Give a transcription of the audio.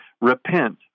repent